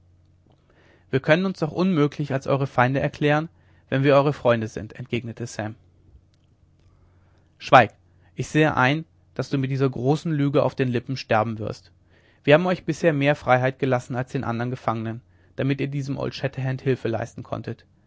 wir können uns doch unmöglich als eure feinde erklären wenn wir eure freunde sind entgegnete sam schweig ich sehe ein daß du mit dieser großen lüge auf den lippen sterben wirst wir haben euch bisher mehr freiheit gelassen als den andern gefangenen damit ihr diesem old shatterhand hilfe leisten konntet